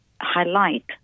highlight